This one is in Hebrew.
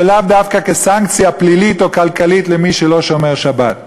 ולאו דווקא כסנקציה פלילית או כלכלית על מי שלא שומר שבת.